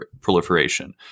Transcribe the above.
proliferation